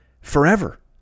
forever